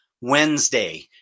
Wednesday